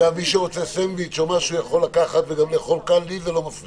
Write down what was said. אגב, מי שרוצה סנדוויץ' יכול לקחת, וזה לא מפריע.